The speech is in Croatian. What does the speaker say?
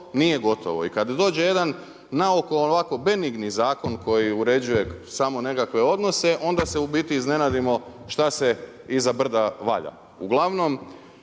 nije gotovo. I kad dođe jedan naoko ovako benigni zakon koji uređuje samo nekakve odnose onda se u biti iznenadimo šta se iza brda valja. Uglavnom